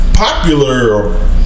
Popular